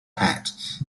hat